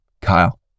Kyle